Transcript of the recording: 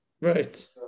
right